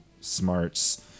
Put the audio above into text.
smarts